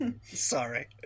Sorry